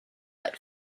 but